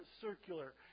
circular